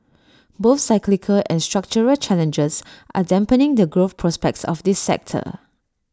both cyclical and structural challenges are dampening the growth prospects of this sector